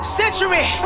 century